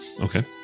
Okay